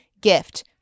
gift